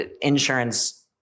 insurance